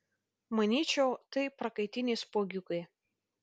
manyčiau tai prakaitiniai spuogiukai